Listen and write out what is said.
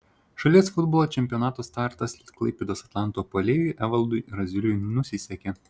šalies futbolo čempionato startas klaipėdos atlanto puolėjui evaldui razuliui nusisekė